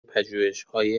پژوهشهای